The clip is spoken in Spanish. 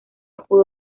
pudo